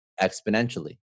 exponentially